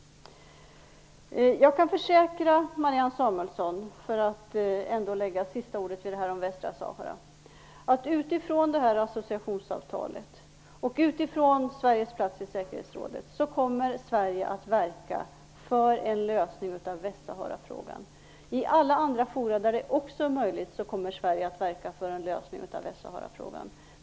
Jag kan försäkra Marianne Samuelsson - för att ändå lägga sista ordet vid frågan om Västra Sahara - att Sverige utifrån associationsavtalet och utifrån platsen i säkerhetsrådet kommer att verka för en lösning av frågan om Västsahara. Vi kommer också att verka för en sådan lösning i alla andra fora där det är möjligt.